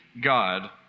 God